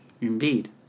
Indeed